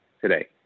today